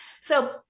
So-